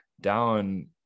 down